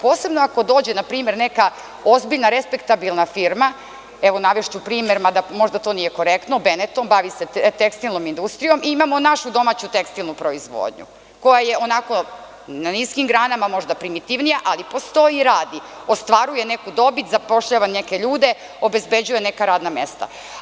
Posebno ako dođe, na primer, neka ozbiljna, respektabilna firma, evo, navešću primer mada možda to nije korektno, „Beneton“, bavi se tekstilnom industrijom i imamo našu domaću proizvodnju koja je na niskim granama, možda primitivnija, ali postoji i radi, ostvaruje neku dobit, zapošljava neke ljude, obezbeđuje neka radna mesta.